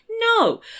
No